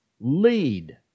lead